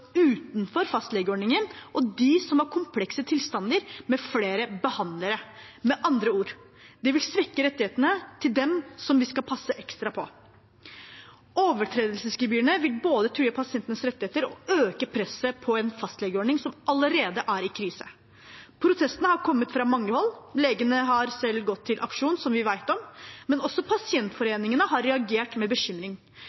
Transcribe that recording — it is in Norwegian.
utenfor fastlegeordningen, og de som har komplekse tilstander med flere behandlere. Med andre ord: Det vil svekke rettighetene til dem vi skal passe ekstra på. Overtredelsesgebyrene vil både true pasientenes rettigheter og øke presset på en fastlegeordning som allerede er i krise. Protestene har kommet fra mange hold. Legene har selv gått til aksjon, som vi vet om, men også